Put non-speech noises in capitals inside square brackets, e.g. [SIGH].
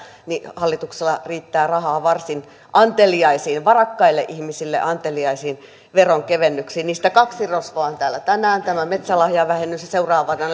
hallituksella riittää rahaa varsin anteliaisiin varakkaille ihmisille anteliaisiin veronkevennyksiin niistä kaksi rosvoa on täällä tänään tämä metsälahjavähennys ja seuraavana [UNINTELLIGIBLE]